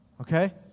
Okay